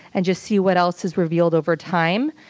and just see what else is revealed over time.